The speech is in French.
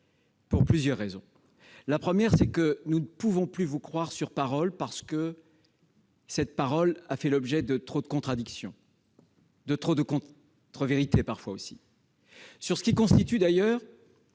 pour plusieurs raisons. La première est que nous ne pouvons plus vous croire sur parole, parce que cette parole a donné lieu à trop de contradictions, à trop de contre-vérités, parfois, aussi, sur ce qui constitue d'ailleurs